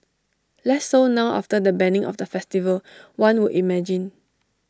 less so now after the banning of the festival one would imagine